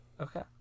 Okay